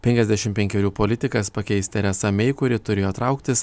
penkiasdešim penkerių politikas pakeis teresą mei kuri turėjo trauktis